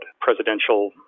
presidential